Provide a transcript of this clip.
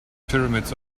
pyramids